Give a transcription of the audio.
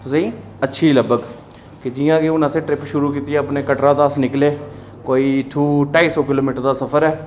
तुसें गी अच्छा लब्भग कि जि'यां कि हून असें ट्रिप शुरू कीती अपने कटड़ा दा अस निकले कोई इत्थूं ढाई सौ किलोमीटर दा सफर ऐ